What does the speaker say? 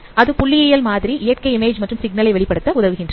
அது புள்ளியியல் மாதிரி இயற்கை இமேஜ் மற்றும் சிக்னலை வெளிப்படுத்த உதவுகின்றது